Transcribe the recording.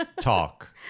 talk